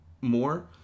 more